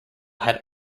had